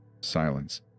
Silence